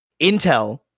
Intel